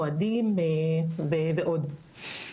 מועדים ועוד.